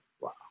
Wow